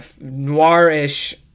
noir-ish